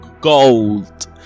gold